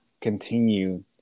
continue